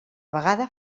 vegada